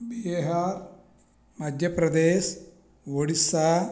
Bihar Madhya Pradesh Odisha